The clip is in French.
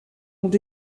ont